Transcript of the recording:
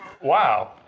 Wow